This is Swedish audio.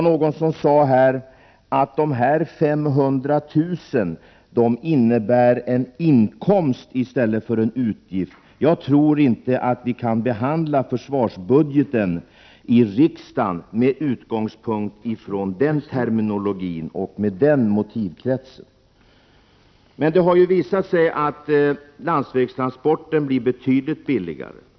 Någon sade att de 500 000 kronorna innebär en inkomst i stället för en utgift. Jag tror inte att vi kan behandla försvarsbudgeten här i riksdagen med utgångspunkt i den terminologin och med den motivkretsen. Det har visat sig att landsvägstransporter blir betydligt billigare.